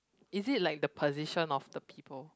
is it like the position of the people